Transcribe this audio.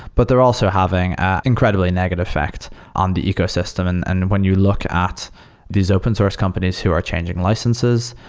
but they're also having ah incredibly negative effect on the ecosystem. and and when you look at these open source companies who are changing licenses,